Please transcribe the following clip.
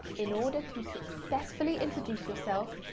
in order to successfully introduced yourself,